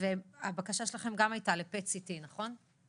הבקשה שלכם גם הייתה ל-PET CT, נכון?